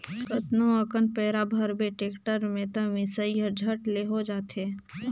कतनो अकन पैरा भरबे टेक्टर में त मिसई हर झट ले हो जाथे